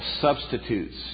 substitutes